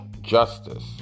justice